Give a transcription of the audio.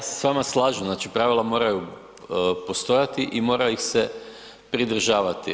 Pa ja se s vama slažem, znači pravila moraju postojati i mora ih se pridržavati.